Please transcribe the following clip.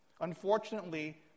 Unfortunately